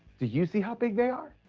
do you see how big they are?